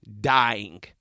dying